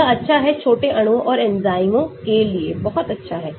यह अच्छा है छोटे अणुओं और एंजाइमों के लिए बहुत अच्छा है